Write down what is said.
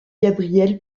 gabriel